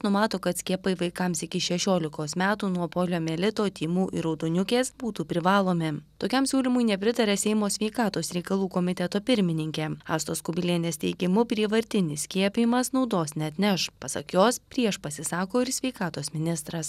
numato kad skiepai vaikams iki šešiolikos metų nuo poliomielito tymų ir raudoniukės būtų privalomi tokiam siūlymui nepritaria seimo sveikatos reikalų komiteto pirmininkė astos kubilienės teigimu prievartinis skiepijimas naudos neatneš pasak jos prieš pasisako ir sveikatos ministras